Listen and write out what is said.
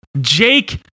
Jake